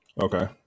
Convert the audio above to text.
okay